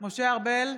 משה ארבל,